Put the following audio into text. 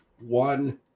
One